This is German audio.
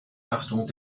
achtung